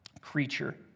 creature